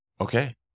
okay